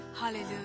Hallelujah